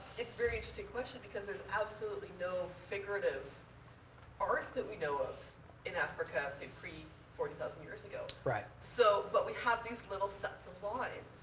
it's a very interesting question. because there's absolutely no figurative art that we know of in africa, say, pre forty thousand years ago. right. so but we have these little sets of lines